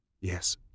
Yes